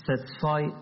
satisfy